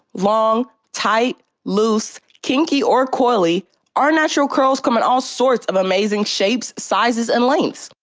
long, tight, loose kinky, or coily our natural curls come in all sorts of amazing shapes, sizes, and lengths.